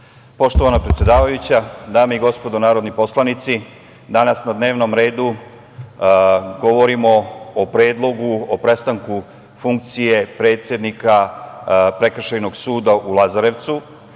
Poštovana predsedavajuća, dame i gospodo narodni poslanici, danas na dnevnom redu govorimo o Predlogu o prestanku funkcije predsednika Prekršajnog suda u Lazarevcu